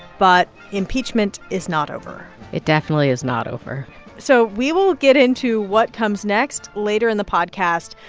but impeachment is not over it definitely is not over so we will get into what comes next later in the podcast.